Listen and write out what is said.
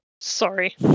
sorry